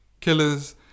killers